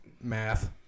Math